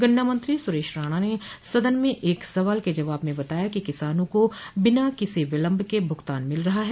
गन्ना मंत्री सुरेश राणा ने सदन में एक सवाल के जवाब में बताया कि किसानों को बिना किसी विलम्ब क भुगतान मिल रहा है